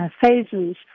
phases